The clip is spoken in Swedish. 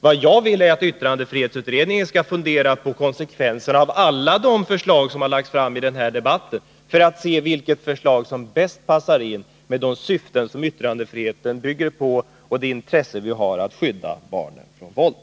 Det jag vill är att yttrandefrihetsutredningen skall fundera på konsekvenserna av alla de förslag som lagts fram i den här debatten, för att se vilket förslag som bäst passar de syften yttrandefriheten bygger på och det intresse vi har av att skydda barnen från våld.